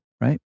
right